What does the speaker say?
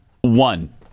One